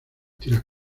tiras